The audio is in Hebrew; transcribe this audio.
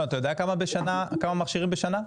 אתה יודע כמה מכשירים בשנה?